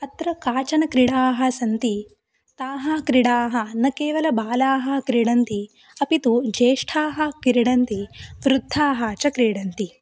अत्र काश्चन क्रीडाः सन्ति ताः क्रीडाः न केवलं बालाः क्रीडन्ति अपि तु ज्येष्ठाः क्रीडन्ति वृद्धाः च क्रीडन्ति